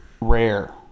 rare